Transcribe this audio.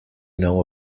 know